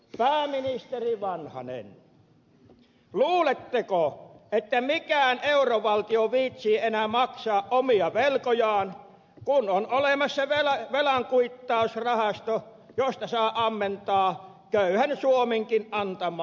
pääministeri vanhanen luuletteko että mikään eurovaltio viitsii enää maksaa omia velkojaan kun on olemassa velankuittausrahasto josta saa ammentaa köyhän suomenkin antamaa lainarahaa